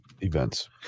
events